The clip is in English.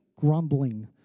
grumbling